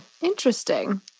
Interesting